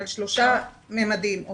על שלושה תחומים: